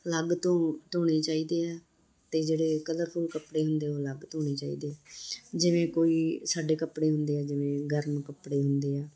ਅਲੱਗ ਤੋਂ ਧੋਣੇ ਚਾਹੀਦੇ ਹੈ ਅਤੇ ਜਿਹੜੇ ਕਲਰਫੁੱਲ ਕੱਪੜੇ ਹੁੰਦੇ ਉਹ ਅਲੱਗ ਧੋਣੇ ਚਾਹੀਦੇ ਜਿਵੇਂ ਕੋਈ ਸਾਡੇ ਕੱਪੜੇ ਹੁੰਦੇ ਆ ਜਿਵੇਂ ਗਰਮ ਕੱਪੜੇ ਹੁੰਦੇ ਆ